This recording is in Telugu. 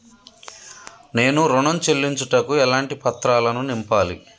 నేను ఋణం చెల్లించుటకు ఎలాంటి పత్రాలను నింపాలి?